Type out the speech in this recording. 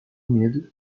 medo